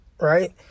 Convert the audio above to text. right